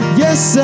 yes